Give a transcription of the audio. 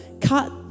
Cut